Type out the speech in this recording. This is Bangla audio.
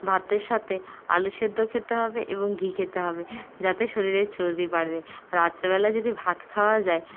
ভাতের সাথে আলুসেদ্ধ খেতে হবে এবং ঘি খেতে হবে যাতে শরীরে চর্বি বাড়বে রাত্রেবেলা যদি ভাত খাওয়া যায়